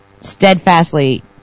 steadfastly